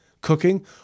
cooking